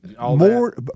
more